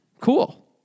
Cool